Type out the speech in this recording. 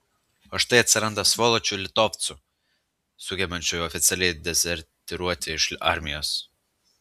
o štai atsiranda svoločių litovcų sugebančių oficialiai dezertyruoti iš armijos